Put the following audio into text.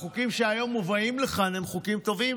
החוקים שמובאים לכאן היום הם חוקים טובים,